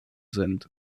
sind